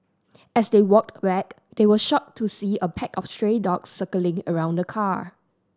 as they walked back they were shocked to see a pack of stray dogs circling around the car